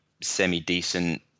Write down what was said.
semi-decent